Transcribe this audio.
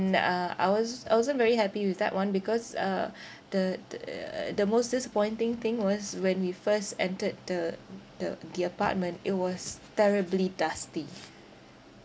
then uh I was I wasn't very happy with that one because uh the the uh the most disappointing thing was when we first entered the the the apartment it was terribly dusty